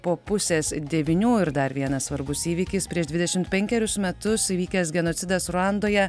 po pusės devynių ir dar vienas svarbus įvykis prieš dvidešimt penkerius metus įvykęs genocidas ruandoje